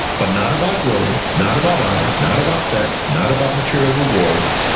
but not about glory, not about honor, not about sex, not about material rewards,